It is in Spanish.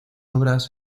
obras